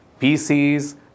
PCs